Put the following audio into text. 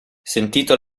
sentito